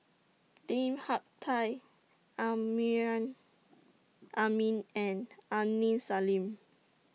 Lim Hak Tai Amrin Amin and Aini Salim